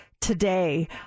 Today